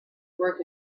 work